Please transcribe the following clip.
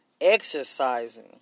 Exercising